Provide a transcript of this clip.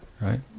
right